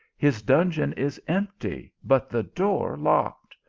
his dungeon is empty, but the door locked.